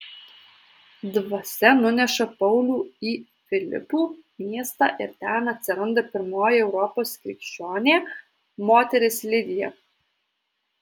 dvasia nuneša paulių į filipų miestą ir ten atsiranda pirmoji europos krikščionė moteris lidija